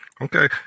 okay